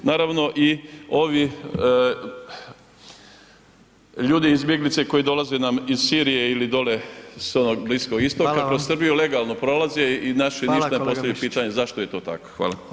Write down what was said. Naravno i ovi ljudi, izbjeglice koji dolaze nas iz Sirije ili dolje s onog Bliskog Istoka [[Upadica: Hvala vam.]] kroz Srbiju legalno prolaze i naši ništa ne postavljaju pitanje [[Upadica: Hvala kolega.]] zašto je to tako.